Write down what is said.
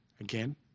again